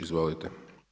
Izvolite.